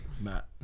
Matt